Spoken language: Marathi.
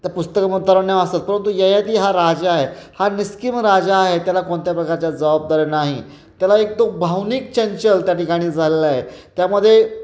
त्या पुस्तकामध्ये असतात परंतु ययाती हा राजा आहे हा निस्किम राजा आहे त्याला कोणत्याही प्रकारच्या जबाबदार नाही त्याला एक तो भावनिक चंचल त्या ठिकाणी झालेला आहे त्यामध्ये